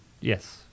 Yes